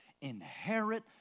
inherit